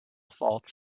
faults